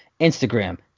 Instagram